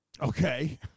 Okay